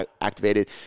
activated